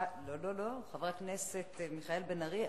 חבר הכנסת מיכאל בן-ארי,